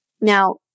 Now